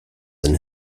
and